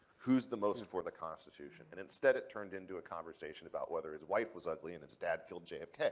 who's the most for the constitution? and instead it turned into a conversation about whether his wife was ugly and his dad killed jfk.